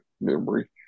memory